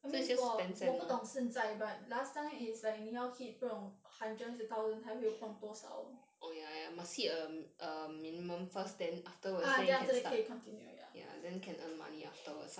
I mean for 我不懂现在 but last time is like 你要 hit 不懂 hundred 还是 thousand 才会放多少 ah then after that 可以 continue ya